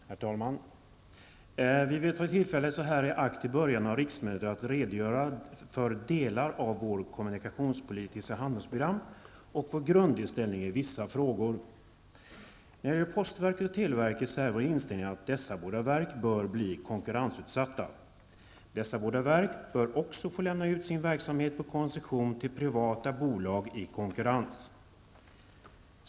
Herr talman! Vi från nydemokrati vill ta tillfället i akt så här i början av riksmötet att redogöra för delar av vårt kommunikationspolitiska handlingsprogram och vår grundinställning i vissa frågor. När det gäller postverket och televerket är vår inställning att dessa båda verk bör bli konkurrensutsatta. Dessa båda verk bör också få kunna lämna ut sin verksamhet på koncession till privata bolag i konkurrens.